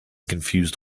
confused